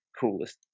coolest